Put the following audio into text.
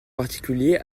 particulier